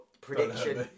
prediction